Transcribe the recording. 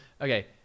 Okay